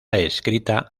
escrita